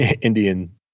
Indian